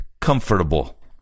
comfortable